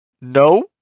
No